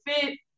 fit